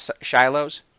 shiloh's